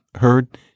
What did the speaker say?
heard